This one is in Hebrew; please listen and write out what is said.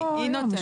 היא נותנת.